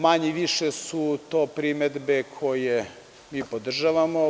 Manje-više su to primedbe koje mi podržavamo.